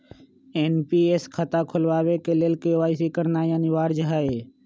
NPS खता खोलबाबे के लेल के.वाई.सी करनाइ अनिवार्ज हइ